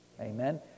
Amen